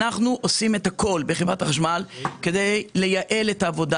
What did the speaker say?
אנחנו עושים את הכול בחברת החשמל כדי לייעל את העבודה